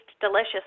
delicious